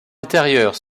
antérieures